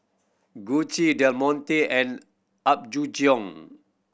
Gucci Del Monte and Apgujeong